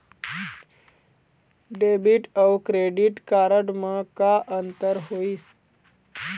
Debit अऊ credit card म का अंतर होइस?